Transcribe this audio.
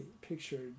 pictured